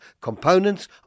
components